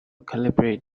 calibrate